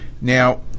now